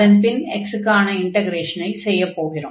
அதன்பின் x க்கான இன்டக்ரேஷனை செய்யப் போகிறோம்